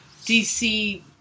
DC